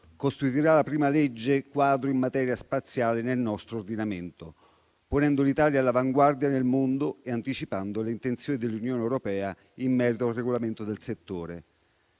costituirà la prima legge quadro in materia spaziale nel nostro ordinamento, ponendo l'Italia all'avanguardia nel mondo e anticipando le intenzioni dell'Unione europea in merito a un regolamento per il settore.